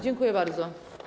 Dziękuję bardzo.